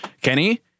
Kenny